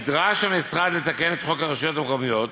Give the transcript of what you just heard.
נדרש המשרד לתקן את חוק הרשויות המקומיות